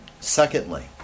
Secondly